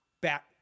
back